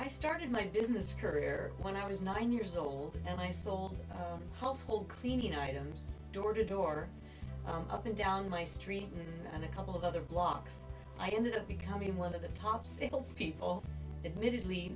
i started my business career when i was nine years old and i sold household cleaning items door to door up and down my street and a couple of other blocks i ended up becoming one of the top sickles people admitted le